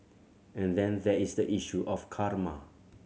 and then there is the issue of karma